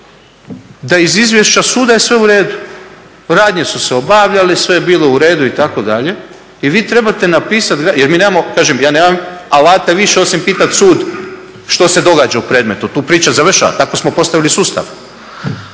da iz izvješća suda je sve u redu. Radnje su se obavljale, sve je bilo u redu itd. I vi trebate napisati. Jer mi nemamo, kažem ja nemam alata više osim pitati sud što se događa u predmetu. Tu priča završava, tako smo postavili sustav.